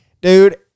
Dude